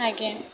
ଆଜ୍ଞା